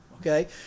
okay